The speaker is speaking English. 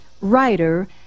writer